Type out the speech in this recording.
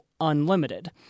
Unlimited